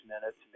minutes